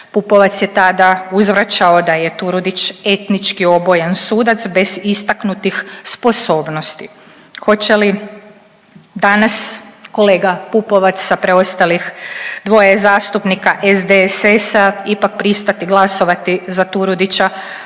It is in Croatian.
Pupovac je tada uzvraćao da je Turudić etnički obojen sudac bez istaknutih sposobnosti. Hoće li danas kolega Pupovac sa preostalih dvoje zastupnika SDSS-a ipak pristati glasovati za Turudića